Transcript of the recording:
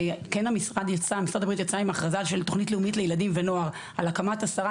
משרד הבריאות יצא עם הכרזה של תוכנית לאומית לילדים ונוער על הקמת עשרה